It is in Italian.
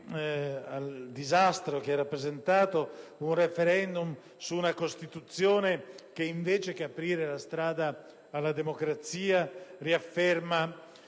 al disastro che ha rappresentato, si è tenuto un *referendum* su una Costituzione che invece di aprire la strada alla democrazia, riafferma